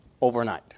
overnight